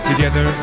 Together